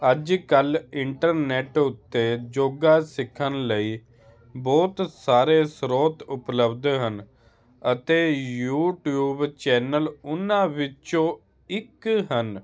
ਅੱਜ ਕੱਲ੍ਹ ਇੰਟਰਨੈਟ ਉੱਤੇ ਯੋਗਾ ਸਿੱਖਣ ਲਈ ਬਹੁਤ ਸਾਰੇ ਸਰੋਤ ਉਪਲਬਧ ਹਨ ਅਤੇ ਯੂਟੀਊਬ ਚੈਨਲ ਉਹਨਾਂ ਵਿੱਚੋਂ ਇੱਕ ਹਨ